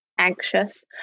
Anxious